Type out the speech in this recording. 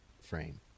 frame